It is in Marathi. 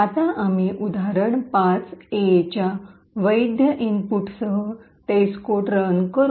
आता आम्ही उदाहरण 5 ए च्या वैध इनपुटसह टेस्टकोड रन करू